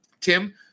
Tim